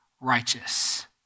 righteous